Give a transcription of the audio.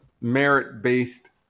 merit-based